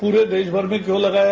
पूरे देश में क्यों लगाया